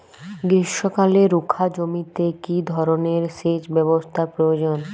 গ্রীষ্মকালে রুখা জমিতে কি ধরনের সেচ ব্যবস্থা প্রয়োজন?